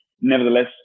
Nevertheless